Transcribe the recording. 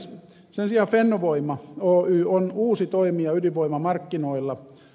sen sijaan fennovoima oy on uusi toimija ydinvoimamarkkinoilla